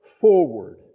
forward